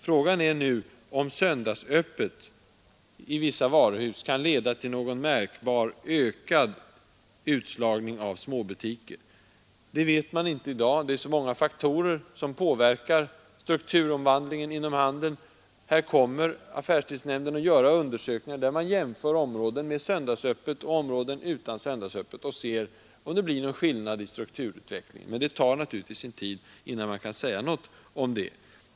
Frågan är nu om söndagsöppethållande i vissa varuhus kan leda till någon märkbar ökad utslagning av småbutiker. Det vet man inte i dag. Det är ett stort antal faktorer som påverkar strukturomvandlingen inom handeln. Affärstidsnämnden kommer att göra undersökningar, i vilka man kommer att jämföra områden med söndagsöppet med områden utan söndagsöppet och se om det blir någon skillnad i strukturutvecklingen. Det tar naturligtvis tid innan man kan säga något om det.